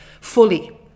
Fully